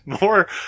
more